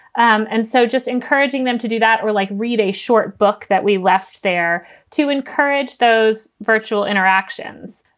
um and so just encouraging them to do that or like read a short book that we left there to encourage those virtual interactions.